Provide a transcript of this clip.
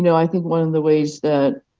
i think one of the ways that